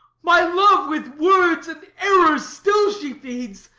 my love with words and errors still she feeds,